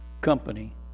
Company